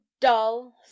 dull